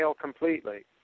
completely